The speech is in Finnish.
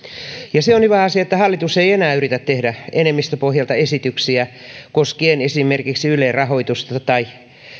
ja se on hyvä asia että hallitus ei enää yritä tehdä enemmistöpohjalta esityksiä koskien esimerkiksi ylen rahoitusta tai